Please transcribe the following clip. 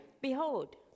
Behold